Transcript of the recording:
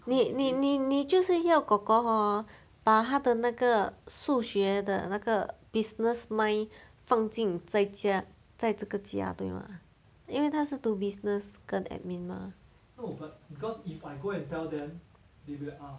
你你你你就是要 kor kor hor 把他的数学的那个 business mind 放进在家在这个家对吗因为他是读 business 跟 admin mah